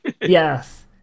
Yes